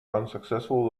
unsuccessful